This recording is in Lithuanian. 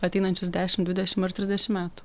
ateinančius dešimt dvidešimt ar trisdešimt metų